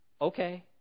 okay